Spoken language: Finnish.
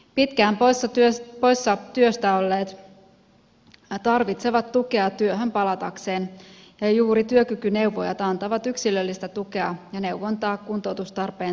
pitkään poissa työstä olleet tarvitsevat tukea työhön palatakseen ja juuri työkykyneuvojat antavat yksilöllistä tukea ja neuvontaa kuntoutustarpeen selvittämiseksi